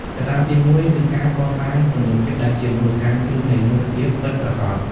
កត្តាទីមួយគឺការកសាងទំនុកចិត្តដែលជាមូលដ្ឋានគ្រឹះនៃមិត្តភាពពិតប្រាកដ។